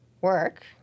work